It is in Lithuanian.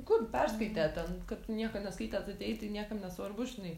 kur perskaitė ten kad tu nieko neskaitęs atėjai tai niekam nesvarbu žinai